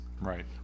Right